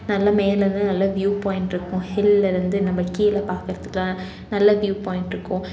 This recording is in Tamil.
நல்ல மேலேருந்து நல்ல வியூ பாயிண்ட் இருக்கும் ஹில்லில் இருந்து நம்ம கீழே பாக்குறதுக்கெல்லாம் நல்ல வியூ பாயிண்ட் இருக்கும்